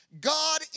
God